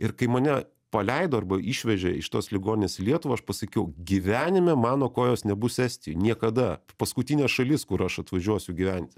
ir kai mane paleido arba išvežė iš tos ligoninės į lietuvą aš pasakiau gyvenime mano kojos nebus estijoj niekada paskutinė šalis kur aš atvažiuosiu gyventi